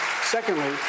secondly